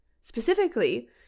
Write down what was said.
specifically